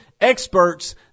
experts